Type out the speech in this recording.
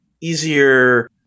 easier